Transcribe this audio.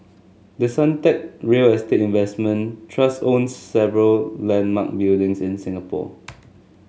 the Suntec real estate investment trust owns several landmark buildings in Singapore